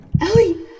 Ellie